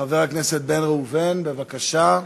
חבר הכנסת בן ראובן, בבקשה.